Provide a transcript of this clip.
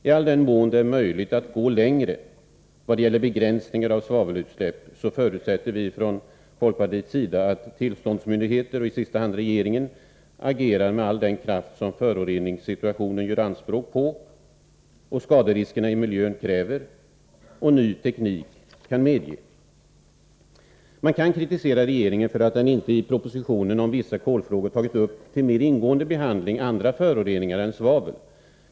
I den mån det är möjligt att gå längre vad gäller begränsningar av svavelutsläpp så förutsätter vi från folkpartiets sida att tillståndsmyndigheter, och i sista hand regeringen, agerar med all den kraft som föroreningssituationen gör anspråk på, skaderiskerna i miljön kräver och ny teknik kan medge. Man kan kritisera regeringen för att den inte i propositionen om vissa kolfrågor till mer ingående behandling tagit upp andra föroreningar än svavel.